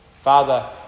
Father